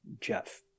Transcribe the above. Jeff